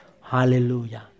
Hallelujah